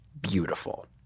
beautiful